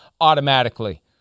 automatically